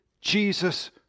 Jesus